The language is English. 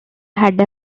had